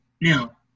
Now